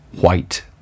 white